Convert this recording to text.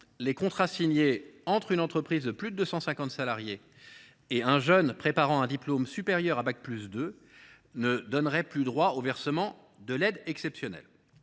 les contrats signés entre une entreprise de plus de 250 salariés et un jeune préparant un diplôme supérieur à bac+2 ne donneraient plus droit au versement de l’aide exceptionnelle.